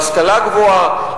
בהשכלה גבוהה,